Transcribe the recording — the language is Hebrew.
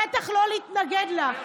בטח לא להתנגד לה.